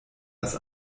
das